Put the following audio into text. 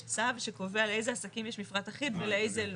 יש צו שקובע לאיזה עסקים יש מפרט אחיד ולאיזה לא.